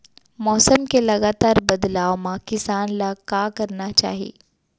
मौसम के लगातार बदलाव मा किसान ला का करना चाही?